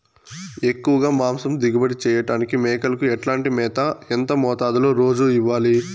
ఎక్కువగా మాంసం దిగుబడి చేయటానికి మేకలకు ఎట్లాంటి మేత, ఎంత మోతాదులో రోజు ఇవ్వాలి?